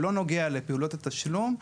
שלא נוגע לפעולות התשלום,